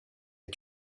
est